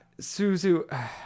Suzu